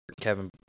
kevin